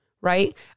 right